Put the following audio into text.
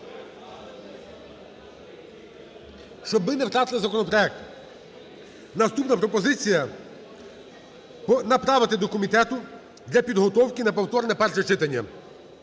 Щоб ми не втратили законопроект. Наступна пропозиція – направити до комітету для підготовки на повторне перше читання.